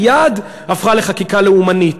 מייד הפכה לחקיקה לאומנית.